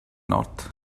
north